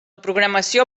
programació